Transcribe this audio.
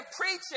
preaching